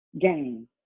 game